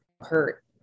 hurt